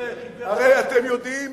הרי אתם יודעים